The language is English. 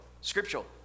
Scriptural